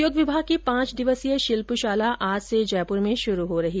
उद्योग विभाग की पांच दिवसीय शिल्पशाला आज से जयपुर में शुरु होगी